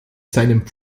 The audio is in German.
seinem